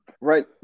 right